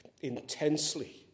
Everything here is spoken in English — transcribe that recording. intensely